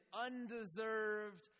undeserved